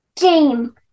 game